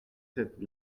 sept